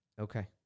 Okay